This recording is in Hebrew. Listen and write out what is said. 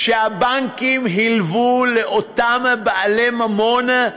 שהבנקים הלוו לאותם בעלי ממון.